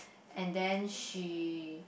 and then she